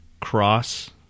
cross